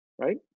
right